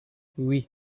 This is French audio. oui